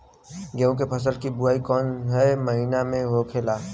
गेहूँ के फसल की बुवाई कौन हैं महीना में होखेला?